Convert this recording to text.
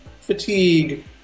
fatigue